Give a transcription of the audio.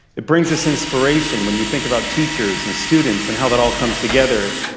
it brings us inspiration when you think about teachers and students and how that all comes together.